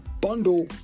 bundle